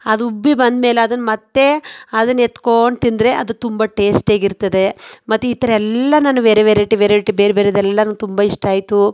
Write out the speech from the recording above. ಅದು ಉಬ್ಬಿ ಬಂದಮೇಲೆ ಅದನ್ನ ಮತ್ತೆ ಅದನ್ನ ಎತ್ಕೊಂಡು ತಿಂದರೆ ಅದು ತುಂಬ ಟೇಸ್ಟಿಯಾಗಿರ್ತದೆ ಮತ್ತು ಈ ಥರ ಎಲ್ಲ ನಾನು ವೆರೆ ವೆರೈಟಿ ವೆರೈಟಿ ಬೇರೆ ಬೇರೆದೆಲ್ಲನೂ ತುಂಬ ಇಷ್ಟ ಆಯಿತು